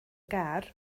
gar